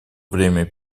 время